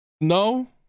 No